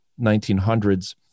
1900s